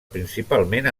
principalment